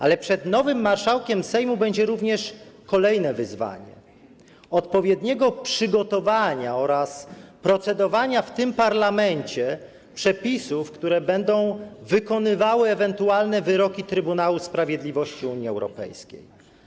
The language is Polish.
Ale przed nowym marszałkiem Sejmu będzie również kolejne wyzwanie, dotyczące odpowiedniego przygotowania oraz procedowania w tym parlamencie przepisów, które będą wykonywały ewentualne wyroki Trybunału Sprawiedliwości Unii Europejskiej.